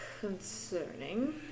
Concerning